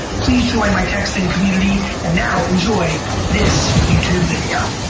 please join my texting community, and now enjoy this youtube video.